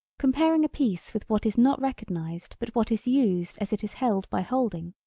comparing a piece with what is not recognised but what is used as it is held by holding,